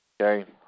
Okay